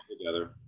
together